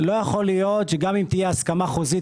לא יכול להיות שגם אם תהיה הסכמה חוזית,